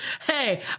Hey